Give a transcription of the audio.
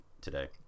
today